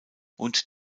und